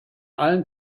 allen